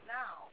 now